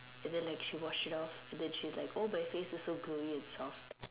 and then like she washed it off and then she's like oh my face is so glowy and soft